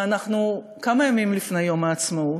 אנחנו כמה ימים לפני יום העצמאות,